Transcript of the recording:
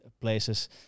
places